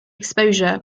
exposure